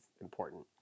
important